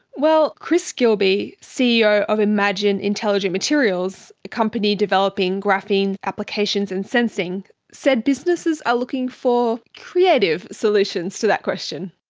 well, chris gilbey, ceo of imagine intelligent materials, a company developing graphene applications and sensing, said the businesses are looking for creative solutions to that question.